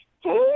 hey